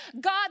God